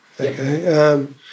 Okay